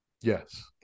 Yes